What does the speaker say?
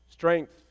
Strength